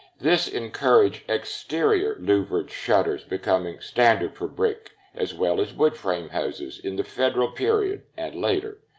this encouraged exterior louvered shutters becoming standard for brick as well as wood-frame houses in the federal period and later.